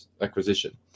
acquisition